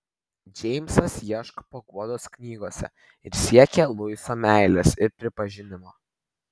džeimsas ieško paguodos knygose ir siekia luiso meilės ir pripažinimo